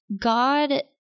God